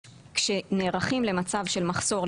כשנערכים למצב של מחסור,